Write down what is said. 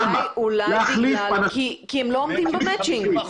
אולי מכיוון שהם לא עומדים במצ'ינג.